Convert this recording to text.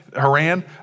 Haran